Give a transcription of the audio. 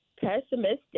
Pessimistic